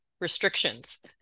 restrictions